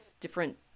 different